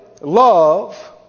Love